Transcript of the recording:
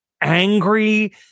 angry